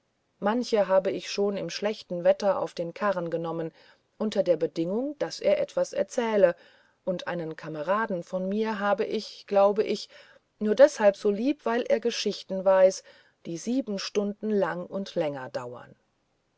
manchen habe ich schon im schlechten wetter auf den karren genommen unter der bedingung daß er etwas erzähle und einen kameraden von mir habe ich glaube ich nur deswegen so lieb weil er geschichten weiß die sieben stunden lang und länger dauern